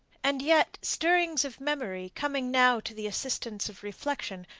and yet, stirrings of memory coming now to the assistance of reflection,